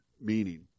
meaning